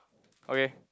okay